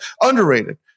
underrated